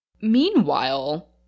Meanwhile